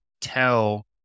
tell